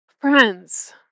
Friends